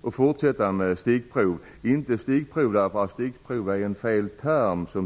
och fortsätta att använda vad som kallas stickprov. Stickprov är dock en felaktig term.